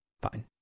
fine